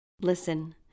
Listen